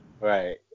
Right